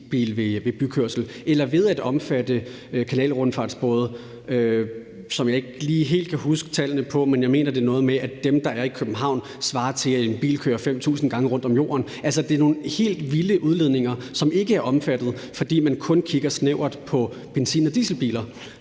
eller ved at omfatte kanalrundfartsbåde, som jeg ikke lige helt kan huske tallene på, men jeg mener, det er noget med, at dem, der er i København, svarer til, at en bil kører 5.000 gange rundt om jorden. Altså, det er nogle helt vilde udledninger, som ikke er omfattet, fordi man kun kigger snævert på benzin- og dieselbiler.